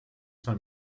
cinq